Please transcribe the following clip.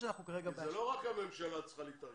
לא רק הממשלה צריכה להתארגן,